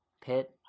pit